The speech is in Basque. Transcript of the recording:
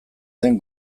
den